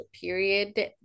period